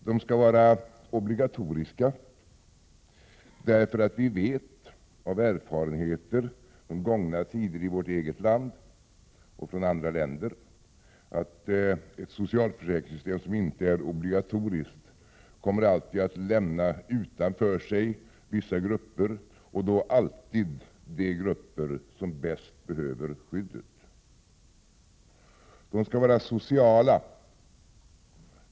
De skall vara obligatoriska därför att vi av erfarenhet från gångna tider, från vårt eget land och från andra länder, vet att ett socialförsäkringssystem som inte är obligatoriskt alltid kommer att lämna vissa grupper utanför. Det är alltid de grupper som bäst behöver skydd. Försäkringarna skall också vara sociala.